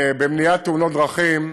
במניעת תאונות דרכים,